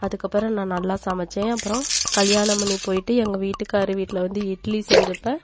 அதுக்கு அப்பறம் நான் நல்லா சமைத்தேன் அப்பறம் கல்யாணம் பண்ணி போய்ட்டு எங்க வீட்டுக்கார் வீட்டில் வந்து இட்லி செஞ்சப்ப